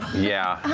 yeah.